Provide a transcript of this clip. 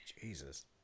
Jesus